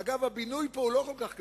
אגב, הבינוי פה הוא לא כל כך גדול,